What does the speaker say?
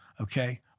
okay